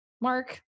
Mark